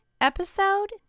episode